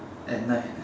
at night